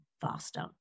faster